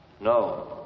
No